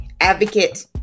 advocate